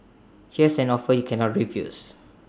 here's an offer you cannot refuse